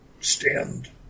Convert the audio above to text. stand